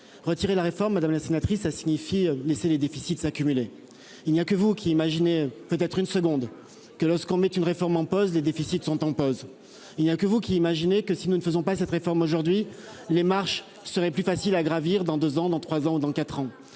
retirer la réforme, madame la sénatrice a signifié laisser les déficits s'accumuler, il n'y a que vous qui imaginez peut être une seconde que lorsqu'on met une réforme en pause les déficits sont en pause. Il n'y a que vous qui. Imaginez que si nous ne faisons pas cette réforme, aujourd'hui les marches ce serait plus facile à gravir, dans 2 ans, dans 3 ans, dans 4 ans